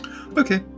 Okay